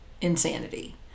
insanity